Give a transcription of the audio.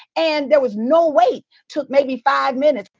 and there was no wait. took maybe five minutes.